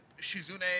Shizune